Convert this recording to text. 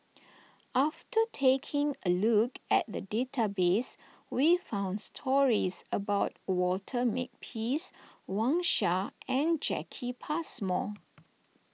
after taking a look at the database we found stories about Walter Makepeace Wang Sha and Jacki Passmore